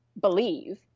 believe